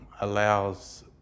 allows